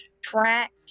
track